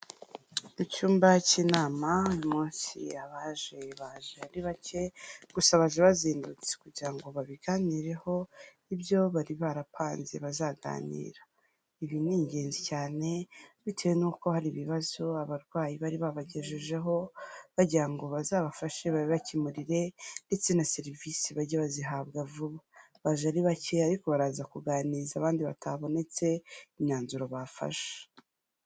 Icyumba cy'inama, uyu munsi abaje baje ari bake gusa baje bazindutse kugira ngo babiganireho ibyo bari barapanze bazaganira, ibi ni ingenzi cyane bitewe n'uko hari ibibazo abarwayi bari babagejejeho, bagira ngo bazabafashe bababikemurire ndetse na serivisi bajye bazihabwa vuba. Baje ari bakeya ariko baraza kuganiza abandi batabonetse imyanzuro bafashe.